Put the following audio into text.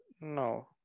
No